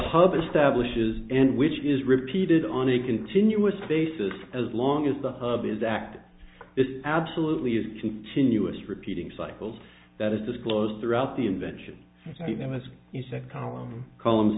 hub establishes and which is repeated on a continuous basis as long as the hub is active it absolutely is continuous repeating cycles that is disclosed throughout the invention i see them as you said column columns